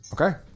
Okay